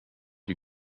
you